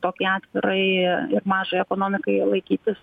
tokiai atvirai ir mažai ekonomikai laikytis